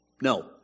No